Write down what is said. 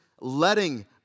letting